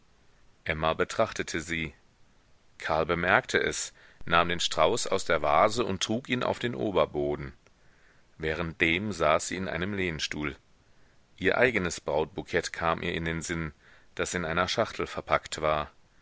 emma betrachtete sie karl bemerkte es nahm den strauß aus der vase und trug ihn auf den oberboden währenddem saß sie in einem lehnstuhl ihr eigenes brautbukett kam ihr in den sinn das in einer schachtel verpackt war